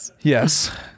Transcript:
yes